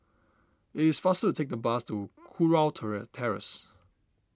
it is faster to take the bus to Kurau Terrace